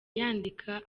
yandika